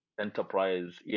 enterprise